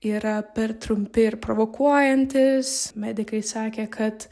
yra per trumpi ir provokuojantys medikai sakė kad